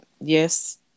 yes